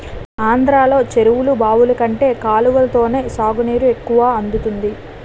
ఆంధ్రలో చెరువులు, బావులు కంటే కాలవతోనే సాగునీరు ఎక్కువ అందుతుంది